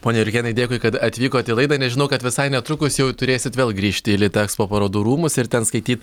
pone jurkėnai dėkui kad atvykot į laidą nes žinau kad visai netrukus jau turėsit vėl grįžti į litexpo parodų rūmus ir ten skaityt